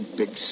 big